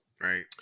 Right